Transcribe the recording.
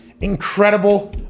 incredible